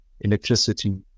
electricity